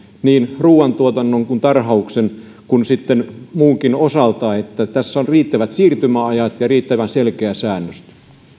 niin ruuantuotannon kuin tarhauksen kuin sitten muunkin osalta tässä on riittävät siirtymäajat ja riittävän selkeä säännöstö